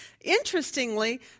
interestingly